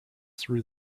through